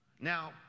Now